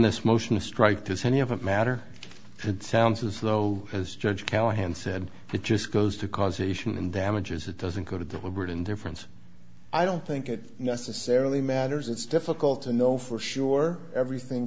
this motion to strike does any of it matter if it sounds as though as judge callahan said it just goes to causation and damages it doesn't go to deliberate indifference i don't think it necessarily matters it's difficult to know for sure everything